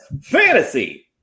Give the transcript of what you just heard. fantasy